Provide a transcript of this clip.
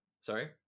sorry